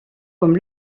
comme